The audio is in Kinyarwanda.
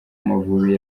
amavubi